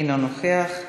אינו נוכח,